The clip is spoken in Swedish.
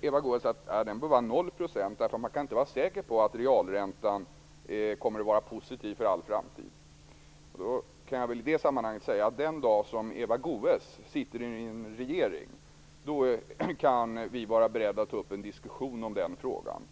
Eva Goës säger att den bör vara 0 %, eftersom man inte kan vara säker på att realräntan kommer att vara positiv för all framtid. Låt mig säga att vi den dag när Eva Goës sitter i en regering kan vara beredda att ta upp en diskussion om den frågan.